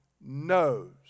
knows